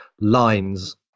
lines